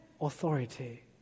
authority